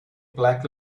black